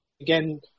again